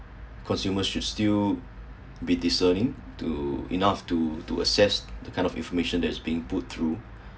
consumers should still be discerning to enough to to assess that kind of information that is being put through